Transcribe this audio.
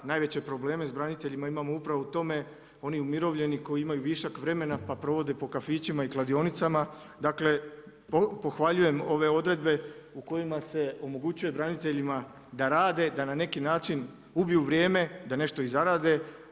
Najveće probleme s braniteljima imamo upravo u tome, oni umirovljeni koji imaju višak vremena pa provode po kafićima i kladionicama, dakle pohvaljujem ove odredbe u kojima se omogućuje braniteljima da rade, da na neki način ubiju vrijeme, da nešto i zarede.